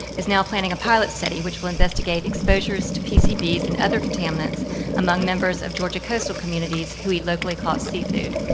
is now planning a pilot study which will investigate exposures to pcbs and other contaminates among members of georgia coastal communities who eat locally caught seafood.